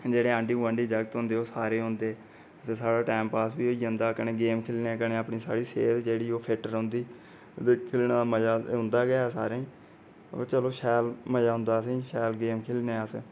मेरे आंढी गुआंढी जागत होंदे ओह् सारे औंदे ते साढ़ा टाईम पास बी होई जंदा ते कन्नै गेम खेलने ते कन्नै अपनी साढ़ी सेह्त ऐ जेह्ड़ी ओह् बी फिट रौंदी ते खेलने दा मजा औंदा गै सारें गी ओह् चलो शैल मजा औंदा असें गी शैल गेम खेलने अस